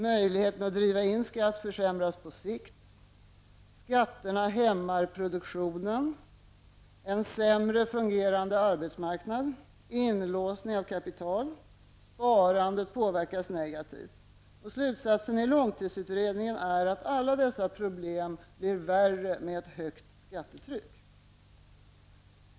Möjligheten att driva in skatt försämras på sikt. Skatterna hämmar produktionen. En sämre fungerande arbetsmarknad. Sparandet påverkas negativt. Slutsatens i långtidsutredningen är att alla dessa problem blir värre med ett högt skattetryck.